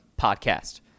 Podcast